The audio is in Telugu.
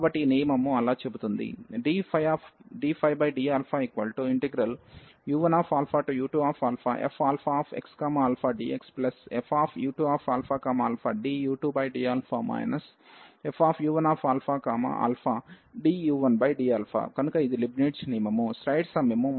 కాబట్టి ఈ నియమము అలా చెబుతుంది ddu1u2fxαdx fu2ααdu2dα fu1ααdu1dα కనుక ఇది లీబ్నిట్జ్ నియమము